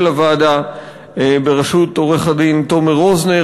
הוועדה בראשות עורך-הדין תומר רוזנר,